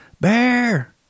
bear